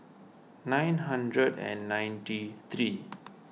nine hundred and ninety three